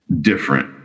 different